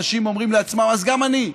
אנשים אומרים לעצמם: אז גם אני.